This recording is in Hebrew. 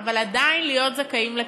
אבל עדיין להיות זכאים לקצבה.